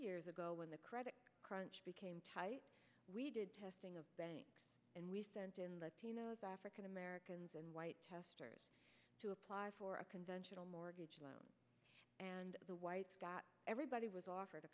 years ago when the credit crunch became tight we did testing of banks and we sent in the african americans and white testers to apply for a conventional mortgage loan and the white everybody was offered